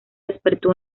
despertó